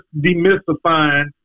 demystifying